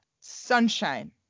sunshine